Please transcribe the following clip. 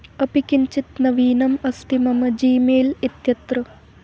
अपि किञ्चित् नवीनम् अस्ति मम जी मेल् इत्यत्र